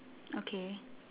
okay